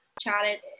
chatted